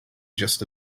just